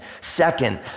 Second